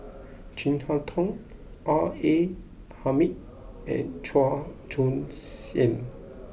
Chin Harn Tong R A Hamid and Chua Joon Siang